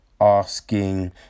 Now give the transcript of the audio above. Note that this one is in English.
asking